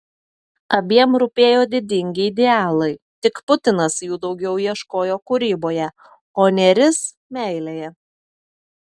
abiem rūpėjo didingi idealai tik putinas jų daugiau ieškojo kūryboje o nėris meilėje